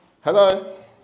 Hello